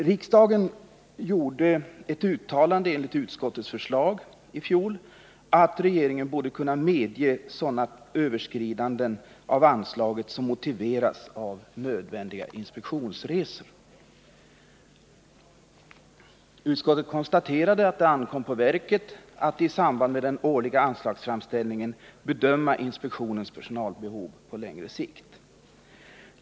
Riksdagen gjorde i fjol ett uttalande i enlighet med utskottets förslag om att regeringen borde kunna medge sådana överskridanden av anslaget som motiveras av nödvändiga inspektionsresor. Utskottet konstaterade att det ankom på verket att i samband med den årliga anslagsframställningen bedöma inspektionens personalbehov på längre sikt.